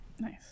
nice